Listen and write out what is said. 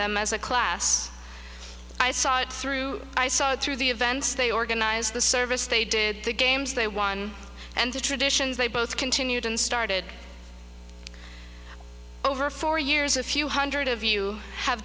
them as a class i saw it through i saw through the events they organize the service they did the games they won and the traditions they both continued and started over four years a few hundred of you have